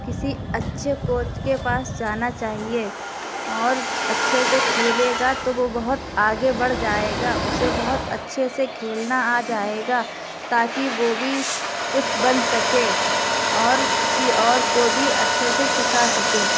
کسی اچھے کوچ کے پاس جانا چاہیے اور اچھے سے کھیلے گا تو وہ بہت آگے بڑھ جائے گا اسے بہت اچھے سے کھیلنا آ جائے گا تا کہ وہ بھی کچھ بن سکے اور کسی اور کو بھی اچھے سے سکھا سکے